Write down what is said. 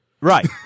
Right